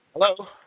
Hello